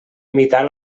imitar